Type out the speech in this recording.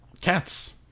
Cats